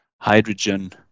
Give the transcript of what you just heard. hydrogen